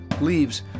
leaves